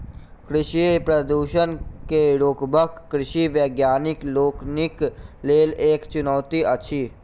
कृषि प्रदूषण के रोकब कृषि वैज्ञानिक लोकनिक लेल एक चुनौती अछि